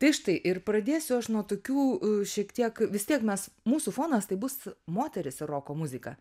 tai štai ir pradėsiu aš nuo tokių šiek tiek vis tiek mes mūsų fonas tai bus moterys ir roko muzika